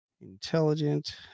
intelligent